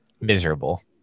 miserable